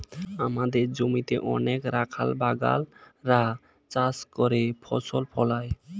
আমাদের জমিতে অনেক রাখাল বাগাল রা চাষ করে ফসল ফলায়